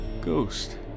Ghost